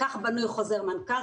כך בנוי חוזר מנכ"ל,